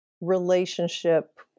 relationship